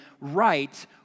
right